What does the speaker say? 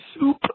soup